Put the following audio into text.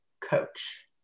coach